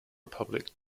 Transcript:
republic